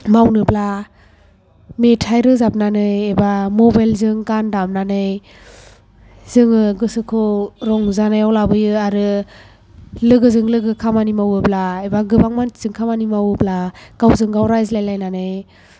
मावनोब्ला मेथाइ रोजाबनानै एबा मबाइलजों गान दामनानै जोङो गोसोखौ रंजानायाव लाबोयो आरो लोगोजों लोगो खामानि मावोब्ला एबा गोबां मानसिजों खामानि मावोब्ला गावजों गाव रायज्लायलायनानै